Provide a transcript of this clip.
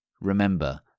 remember